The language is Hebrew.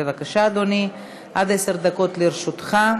בבקשה, אדוני, עד עשר דקות לרשותך.